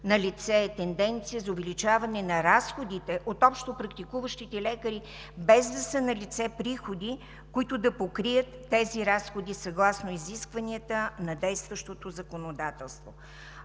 Налице е тенденция за увеличаване на разходите от общопрактикуващите лекари, без да са налице приходи, които да покрият тези разходи съгласно изискванията на действащото законодателство.